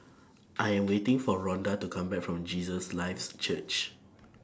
I Am waiting For Rhonda to Come Back from Jesus Lives Church